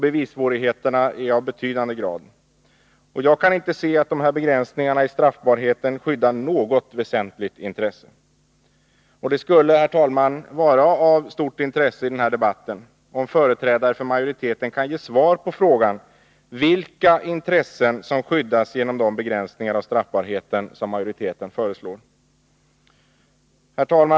Bevissvårigheterna är betydande, och jag kan inte se att dessa begränsningar i straffbarheten skyddar något väsentligt intresse. Det skulle, herr talman, vara av stort intresse i denna debatt, om företrädare för majoriteten kunde ge svar på frågan vilka intressen som skyddas genom de begränsningar av straffbarheten som majoriteten föreslår. Herr talman!